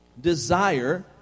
desire